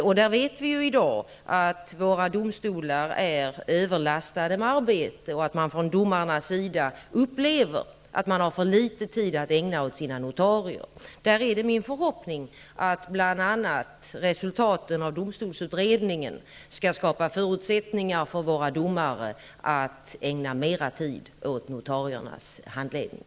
Vi vet i dag att våra domstolar är överlastade med arbete och att domarna upplever att de har för litet tid att ägna åt sina notarier. Det är min förhoppning att bl.a. resultatet av domstolsutredningen skall skapa förutsättningar för våra domare att ägna mer tid åt handledning av notarier.